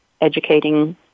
educating